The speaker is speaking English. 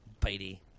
Bitey